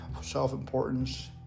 self-importance